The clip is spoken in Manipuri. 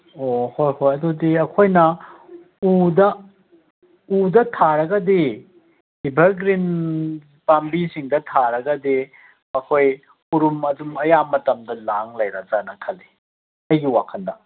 ꯑꯣ ꯍꯣꯏ ꯍꯣꯏ ꯑꯗꯨꯗꯤ ꯑꯩꯈꯣꯏꯅ ꯎꯗ ꯎꯗ ꯊꯥꯔꯒꯗꯤ ꯑꯦꯚꯔꯒ꯭ꯔꯤꯟ ꯄꯥꯝꯕꯤꯁꯤꯡꯗ ꯊꯥꯔꯒꯗꯤ ꯑꯩꯈꯣꯏ ꯎꯔꯨꯝ ꯑꯗꯨꯝ ꯑꯌꯥꯝ ꯃꯇꯝꯗ ꯂꯥꯡ ꯂꯩꯔꯗ꯭ꯔꯅ ꯈꯜꯂꯤ ꯑꯩꯒꯤ ꯋꯥꯈꯜꯗ